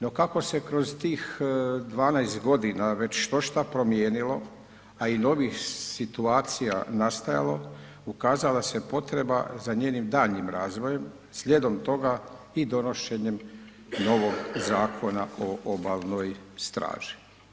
No kako se kroz tih 12.g. već štošta promijenilo, a i novih situacija nastajalo, ukazala se potreba za njenim daljnjim razvojem, slijedom toga i donošenjem novog Zakona o obalnoj straži.